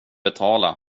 betala